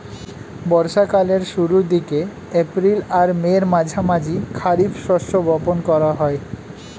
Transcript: বর্ষা কালের শুরুর দিকে, এপ্রিল আর মের মাঝামাঝি খারিফ শস্য বপন করা হয়